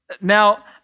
Now